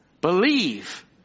Believe